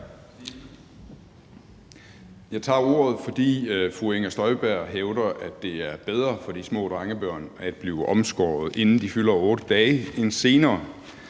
Jeg tager ordet, fordi fru Inger Støjberg hævder, at det er bedre for de små drengebørn at blive omskåret, inden de fylder 8 dage, end senere.